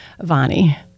Vani